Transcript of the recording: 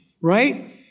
right